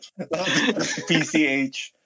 PCH